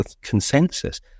consensus